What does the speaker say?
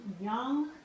young